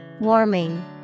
Warming